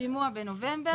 השימוע בנובמבר,